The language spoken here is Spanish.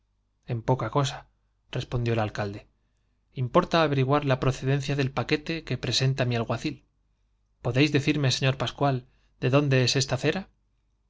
en poca cosa respondió el alcalde importa averiguar la procedencia del paquete que presenta mi j alguacil podéis decirme señor pascual de dónde es esa cera